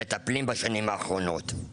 מטפלים בשנים האחרונות.